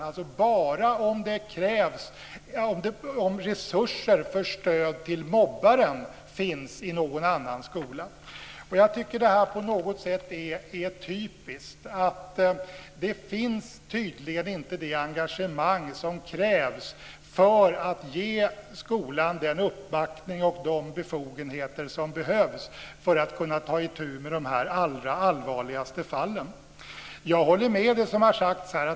Det kan bara ske om det finns resurser för stöd till mobbaren i någon annan skola. Jag tycker att det på något sätt är typiskt. Det finns tydligen inte det engagemang som krävs för att ge skolan den uppbackning och de befogenheter som behövs för att kunna ta itu med de allra allvarligaste fallen. Jag håller med om det som har sagts här.